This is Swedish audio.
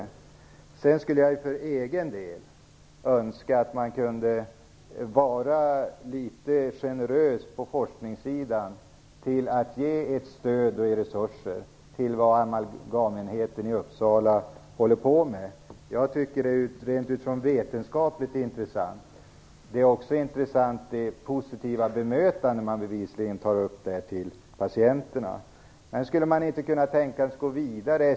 För egen del skulle jag önska att man kunde vara litet generös på forskningssidan med att ge stöd och resurser till det amalgamenheten i Uppsala håller på med. Jag tycker att det rent vetenskapligt är intressant. Det är också intressant att man tar upp frågan om det positiva bemötandet av patienterna. Skulle man inte kunna tänka sig att gå vidare?